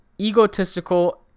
egotistical